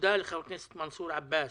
תודה לחבר הכנסת מנסור עבאס